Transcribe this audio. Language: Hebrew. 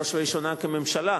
בראש ובראשונה כממשלה,